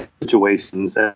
Situations